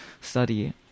study